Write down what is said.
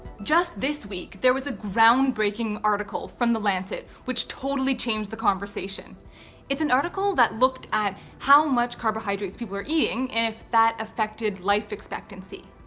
just this week, there was a groundbreaking article from the lancet which totally changed the conversation it's an article that looked at how much carbohydrates people are eating and if that affected life expectancy.